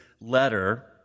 letter